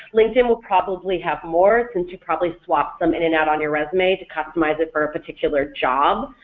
linkedin will probably have more since you probably swapped some in and out on your resume to customize it for a particular job,